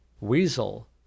weasel